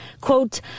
Quote